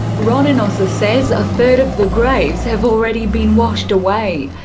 ron enosa says a third of the graves have already been washed away.